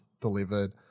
delivered